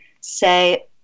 say